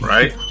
Right